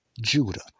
Judah